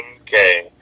Okay